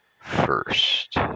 First